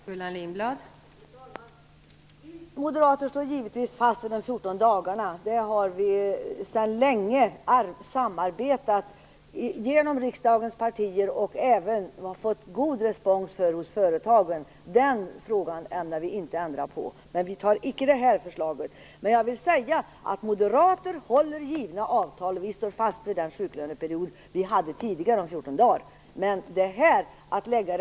Fru talman! Vi moderater står givetvis fast vid fjortondagarsperioden. Vi har sedan länge samarbetat med riksdagens partier om detta och även fått god respons för det hos företagen. Den uppfattningen ämnar vi inte ändra, men vi antar inte det nu aktuella förslaget. Jag vill säga att moderater håller givna avtal och att vi står fast vid den sjuklöneperiod om 14 dagar som tidigare gällde.